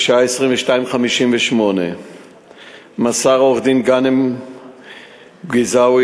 בשעה 22:58 מסר עורך-דין גאנם גזאווי